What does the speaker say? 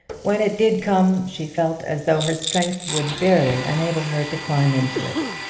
when it did come she felt as though her strength would barely enable her to climb into it.